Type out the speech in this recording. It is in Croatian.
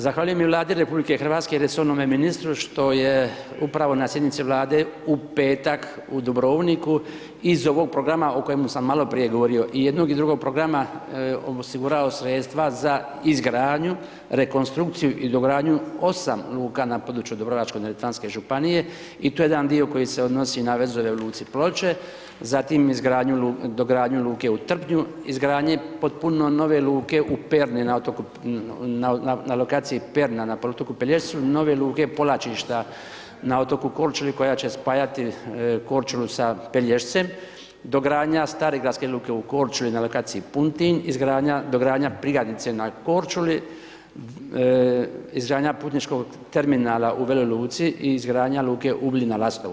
Zahvaljujem i Vladi RH i resornome ministru što je upravo na sjednici Vlade u petak u Dubrovniku iz ovog programa o kojemu sam maloprije govorio i jednog i drugog programa osigurao sredstva za izgradnju, rekonstrukciju i dogradnju 8 luka na području Dubrovačko-neretvanske županije i tu je jedan dio koji se odnosi na vezove u luci Ploče, zatim izgradnju, dogradnju luke u Trpnju, izgradnje potpuno nove luke u Perni na otoku, na lokaciji Perna na otoku Pelješcu, nove luke Polačišta na otoku Korčuli koja će spajati Korčulu sa Peljescem, dogradnja starigradske luke u Korčuli na lokaciji Puntinj, dogradnja prigradnice na Korčuli, izgradnja putničkog terminala u Veloj Luci i izgradnja luke Ugljin na Lastovu.